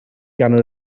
gan